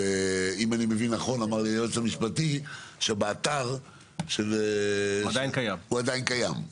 אמר לי היועץ המשפטי שבאתר הוא עדיין קיים.